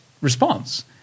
response